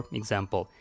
example